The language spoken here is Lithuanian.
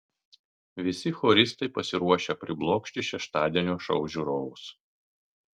visi choristai pasiruošę priblokšti šeštadienio šou žiūrovus